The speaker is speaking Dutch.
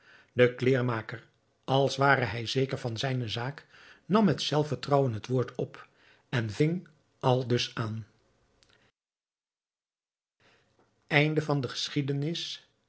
de kleêrmaker als ware hij zeker van zijne zaak nam met zelfvertrouwen het woord op en ving aldus aan